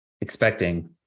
expecting